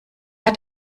hat